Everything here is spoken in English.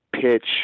pitch